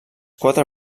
quatre